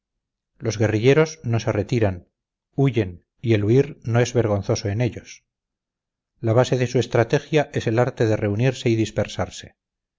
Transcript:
los guerrilleros no se retiran huyen y el huir no es vergonzoso en ellos la base de su estrategia es el arte de reunirse y dispersarse